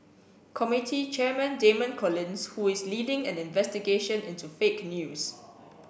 committee chairman Damian Collins who is leading an investigation into fake news